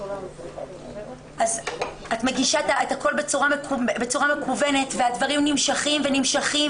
אז את מגישה את הכול בצורה מקוונת והדברים נמשכים ונמשכים,